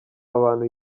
abantu